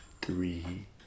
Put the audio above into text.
three